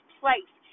place